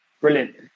Brilliant